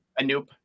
Anoop